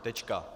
Tečka.